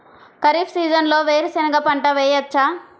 ఖరీఫ్ సీజన్లో వేరు శెనగ పంట వేయచ్చా?